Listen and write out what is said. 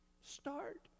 Start